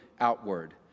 outward